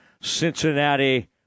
cincinnati